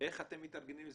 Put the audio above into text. איך אתם מתארגנים לזה?